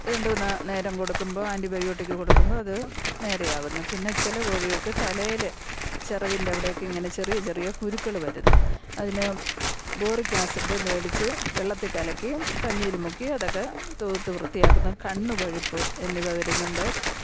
രണ്ടു മൂന്ന് നേരം കൊടുക്കുമ്പോൾ ആൻ്റിബയോട്ടിക്ക് കൊടുക്കുമ്പോൾ അത് നേരെയാകുന്നു പിന്നെ ചില വഴികൾക്ക് തലയിൽ ചിറകിൻ്റെ അവിടെയെക്കെ ഇങ്ങനെ ചെറിയ ചെറിയ കുരുക്കൾ വരുന്നു അതിന് ബോറിക്ക് ആസിഡ് മേടിച്ചു വെള്ളത്തിൽ കലക്കി പഞ്ഞിയിൽ മുക്കി അതൊക്കെ തൂത്ത് വൃത്തിയാക്കുന്നു കണ്ണ് വഴിപ്പ് എന്നിവ വരുന്നുണ്ട്